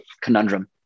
conundrum